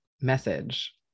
message